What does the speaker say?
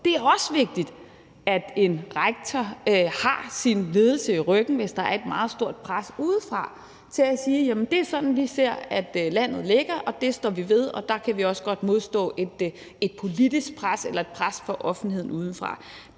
Det er også vigtigt, at en rektor har sin ledelse i ryggen, hvis der er et meget stort pres udefra, til at sige: Det er sådan, vi ser landet ligger, det står vi ved, og der kan vi også godt modstå et politisk pres eller et pres fra offentligheden udefra.